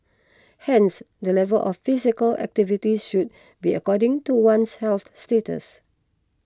hence the level of physical activity should be according to one's health status